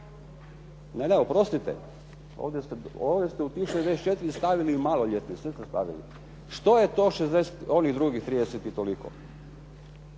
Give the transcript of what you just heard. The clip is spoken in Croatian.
Ne, ne oprostite. Ovdje ste u tih 64 stavili maloljetne. Sve ste stavili. Što je to onih trideset i toliko?